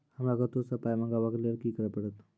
हमरा कतौ सअ पाय मंगावै कऽ लेल की करे पड़त?